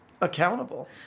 accountable